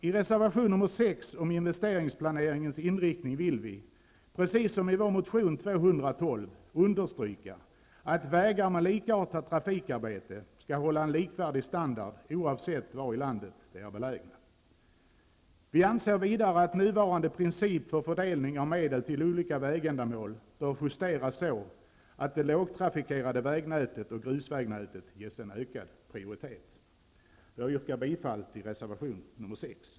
I reservation 6 om investeringsplaneringens inriktning vill vi, precis som i vår motion T12, understryka att vägar med likartat trafikarbete skall hålla en likvärdig standard, oavsett var i landet de är belägna. Vi anser vidare att nuvarande princip för fördelning av medel till olika vägändamål bör justeras så, att det lågtrafikerade vägnätet och grusvägnätet ges en ökad prioritet. Jag yrkar bifall till reservation 6.